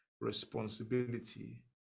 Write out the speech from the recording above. responsibility